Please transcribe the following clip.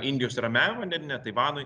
indijos ir ramiajam vandenyne taivanui